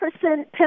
percent